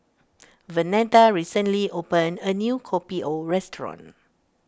Vernetta recently opened a new Kopi O restaurant